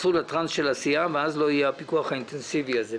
תיכנסו לטרנס של עשייה ואז לא יהיה הפיקוח האינטנסיבי הזה.